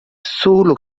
solo